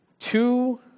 Two